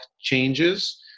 changes